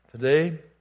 Today